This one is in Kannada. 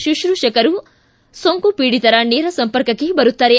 ಶುಶ್ರೂಷಕರು ಸೋಂಕುಪೀಡಿತರ ನೇರ ಸಂಪರ್ಕಕ್ಕೆ ಬರುತ್ತಾರೆ